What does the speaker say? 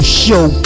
show